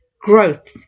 growth